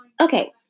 Okay